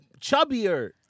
chubbier